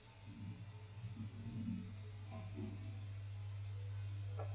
oh